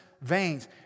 veins